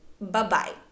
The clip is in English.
Bye-bye